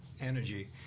Energy